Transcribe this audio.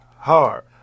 Hard